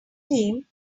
team